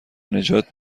نجات